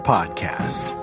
Podcast